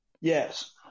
Yes